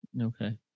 Okay